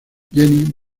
jenny